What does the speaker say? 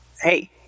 Hey